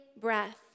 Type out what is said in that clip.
breath